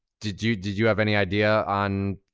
did you did you have any idea on.